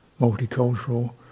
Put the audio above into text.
multicultural